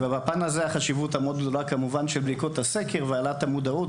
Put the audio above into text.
כשבפן הזה יש חשיבות מאוד גדולה לבדיקות הסקר ולהעלאת המודעות,